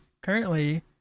currently